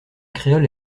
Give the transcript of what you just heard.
créole